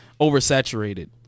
oversaturated